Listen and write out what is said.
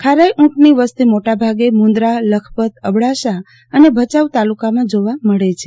ખારાઈ ઊંટની વસતિ મોટાભાગે મુંદ્રા લખપત અબડાસા અને ભચાઉ તાલુકામાં જોવા મળે છે